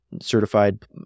certified